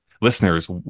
listeners